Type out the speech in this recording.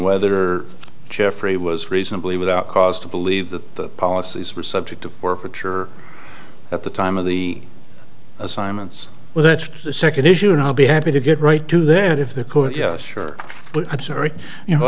whether jeffrey was reasonably without cause to believe that the policies were subject to forfeiture at the time of the assignments well that's the second issue and i'll be happy to get right to then if the court yes sure but i'm sorry